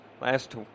last